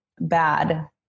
bad